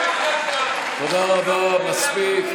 תודה רבה, מספיק.